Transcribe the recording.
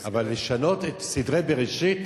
אבל לשנות סדרי בראשית?